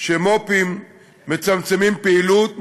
שמו"פים מצמצמים פעילות,